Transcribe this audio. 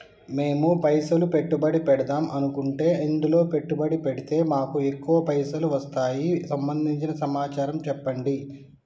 మేము పైసలు పెట్టుబడి పెడదాం అనుకుంటే ఎందులో పెట్టుబడి పెడితే మాకు ఎక్కువ పైసలు వస్తాయి సంబంధించిన సమాచారం చెప్పండి?